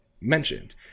mentioned